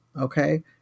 okay